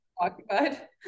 occupied